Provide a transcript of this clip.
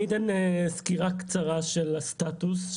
אני אתן סקירה קצרה של הסטטוס,